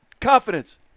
Confidence